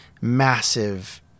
massive